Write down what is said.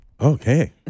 Okay